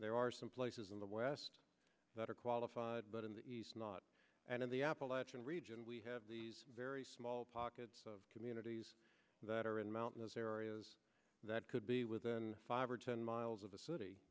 there are some places in the west that are qualified but in the east not and in the appalachian region we have very small pockets of communities that are in mountainous areas that could be within five or ten miles of the city